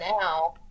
now